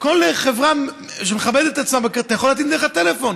בכל חברה שמכבדת את עצמה אתה יכול להטעין דרך הטלפון.